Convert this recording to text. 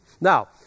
Now